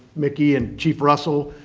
mickey and chief russell,